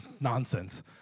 nonsense